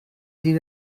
sie